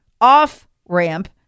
off-ramp